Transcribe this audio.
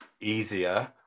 easier